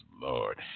Lord